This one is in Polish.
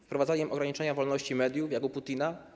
Wprowadzaniem ograniczenia wolności mediów, jak u Putina.